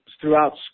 throughout